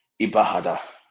Ibahada